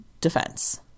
defense